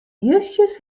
justjes